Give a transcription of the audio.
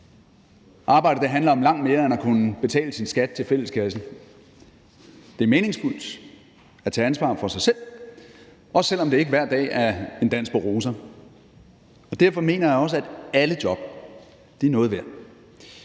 Arbejde handler om langt mere end at kunne betale sin skat til fælleskassen. Det er meningsfuldt at tage ansvar for sig selv, også selv om det ikke hver dag er en dans på roser. Derfor mener jeg også, at alle job er noget værd.